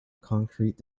concrete